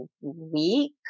week